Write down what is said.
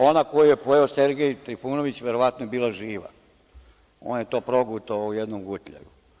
Ona koju je pojeo Sergej Trifunović verovatno je bila živa, on je to progutao u jednom gutljaju.